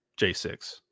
J6